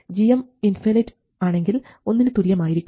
gm infinite ആണെങ്കിൽ ഒന്നിന് തുല്യമായിരിക്കും